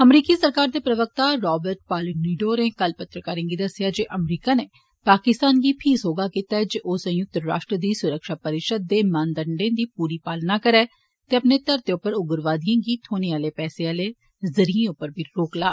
अमरीकी सरकार दे प्रवक्ता रावड पोलाडिनो होरें कल पत्रकारें गी दस्सेआ जे अमरीका नै पाकिस्तान गी फीह् सौहगा कीता ऐ जे ओ संयुक्त राश्ट्र दी सुरक्षा परिशद दे मानदंडे दी पूरी पालना करै ते अपनी धरतै उप्पर उग्रवादिएं गी थ्होने आले पैसे आले जरियै उप्पर रोक ला